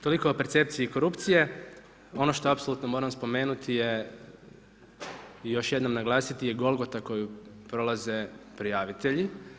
Toliko o percepciji korupcije, ono što apsolutno moram spomenuti je i još jednom naglasiti je golgota koju prolaze prijavitelji.